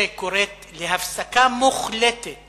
שהיא קוראת להפסקה מוחלטת